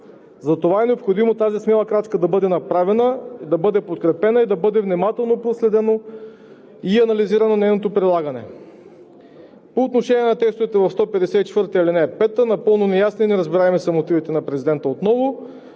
Затова е необходимо тази смела крачка да бъде направена, да бъде подкрепена и да бъде внимателно проследено и анализирано нейното прилагане. По отношение на текстовете в чл. 154, ал. 5 отново напълно неясни и неразбираеми са мотивите на президента за